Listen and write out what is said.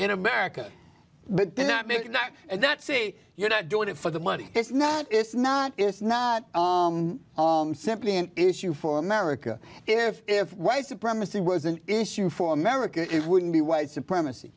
in america but they're not me not and that say you're not doing it for the money it's not it's not it's not simply an issue for america if if white supremacy was an issue for america it wouldn't be white supremacy